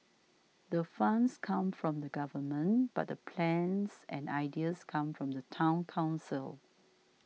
the funds come from the government but the plans and ideas come from the Town Council